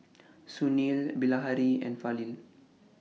Sunil Bilahari and Fali